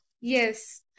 yes